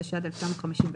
התשי"ד-1954,